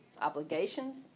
Obligations